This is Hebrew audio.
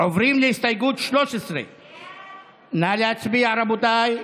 עוברים להסתייגות 13. נא להצביע, רבותיי.